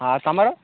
ଆଉ ତୁମର